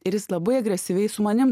ir jis labai agresyviai su manim